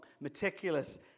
meticulous